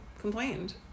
complained